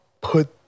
put